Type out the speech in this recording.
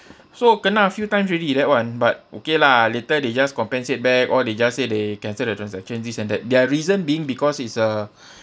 so kena a few times already that [one] but okay lah later they just compensate back or they just say they cancel the transactions this and that their reason being because it's a